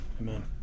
amen